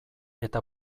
eta